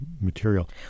material